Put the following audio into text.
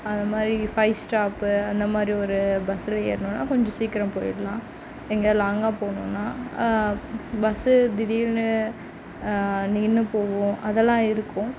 அது மாதிரி ஃபை ஸ்டாப் அந்த மாதிரி ஒரு பஸ்ஸில் ஏறினோம்னா கொஞ்சம் சீக்கிரமாக போய்டலாம் எங்கேயாவது லாங்காக போகணும்னா பஸ் திடீர்னு நின்று போகும் அதெலாம் இருக்கும்